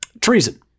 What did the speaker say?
treason